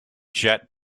jet